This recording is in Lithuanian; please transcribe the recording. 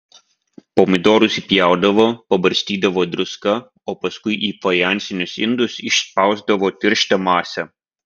pomidorus įpjaudavo pabarstydavo druska o paskui į fajansinius indus išspausdavo tirštą masę